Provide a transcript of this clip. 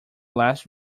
last